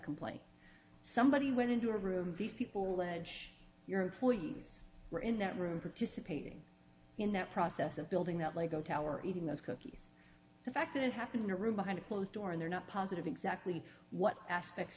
complaint somebody went into a room these people ledge your employees were in that room participating in that process of building that lego tower eating those cookies the fact that it happened in your room behind a closed door and they're not positive exactly what aspects